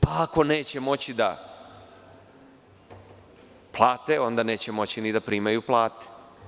Pa ako neće moći da plate, onda neće moći ni da primaju plate.